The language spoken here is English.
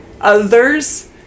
others